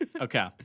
Okay